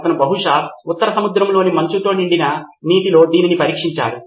అతను బహుశా ఉత్తర సముద్రంలోని మంచుతో నిండిన నీటిలో దీనిని పరీక్షించాడు